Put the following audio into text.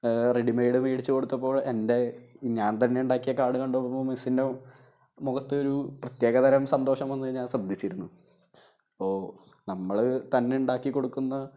readymade മേടിച്ച് കൊടുത്തപ്പോള് എൻ്റെ ഞാൻ തന്നെയുണ്ടാക്കിയ കാർഡ് കണ്ടപ്പോള് മിസ്സിൻ്റെ മുഖത്തൊരു പ്രത്യേക തരം സന്തോഷം വന്നത് ഞാൻ ശ്രദ്ധിച്ചിരുന്നു അപ്പോള് നമ്മള് തന്നെയുണ്ടാക്കി കൊടുക്കുന്ന